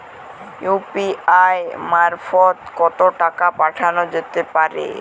UPI মারফত কত টাকা পাঠানো যেতে পারে?